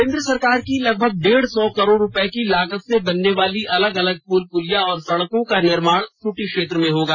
केंद्र सरकार की लगभग डेढ़ सौ करोड़ रूपए की लागत से बनने वाली अलग अलग पुल पुलिया और सड़कों का निर्माण खूंटी क्षेत्र में होगा